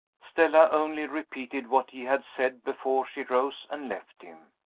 stella only repeated what he had said before she rose and left him.